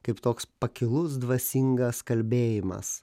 kaip toks pakilus dvasingas kalbėjimas